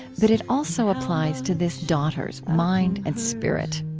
but it also applies to this daughter's mind and spirit